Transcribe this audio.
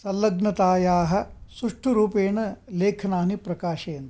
सल्लग्नतायाः सुष्टुरूपेण लेखनानि प्रकाशयन्ति